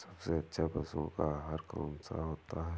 सबसे अच्छा पशुओं का आहार कौन सा होता है?